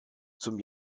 zum